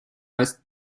als